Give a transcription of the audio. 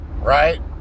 right